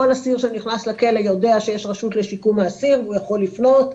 כל אסיר שנכנס לכלא יודע שיש רשות לשיקום האסיר והוא יכול לפנות,